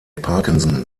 parkinson